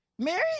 Mary